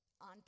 on